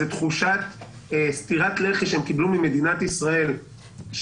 תחושת סטירת לחי שהם קיבלו ממדינת ישראל,